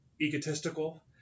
egotistical